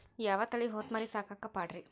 ಯಾವ ತಳಿ ಹೊತಮರಿ ಸಾಕಾಕ ಪಾಡ್ರೇ?